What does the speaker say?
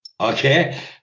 Okay